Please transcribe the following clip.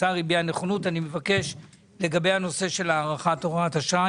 השר הביע נכונות ואני מבקש לגבי הנושא של הארכת הוראת השעה,